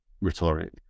rhetoric